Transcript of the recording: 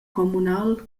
communal